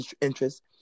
interest